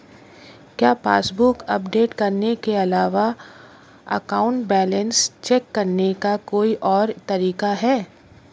क्या passbook update करने के अलावा अकाउंट बैलेंस चेक करने का कोई और तरीका है?